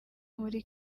muri